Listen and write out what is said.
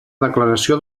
declaració